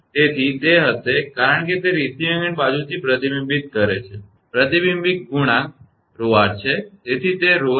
તેથી તે હશે કારણ કે તે રિસીવીંગ એન્ડ બાજુથી પ્રતિબિંબિત કરે છે તે પ્રતિબિંબ ગુણાંક 𝜌𝑟 છે